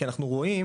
כי אנחנו רואים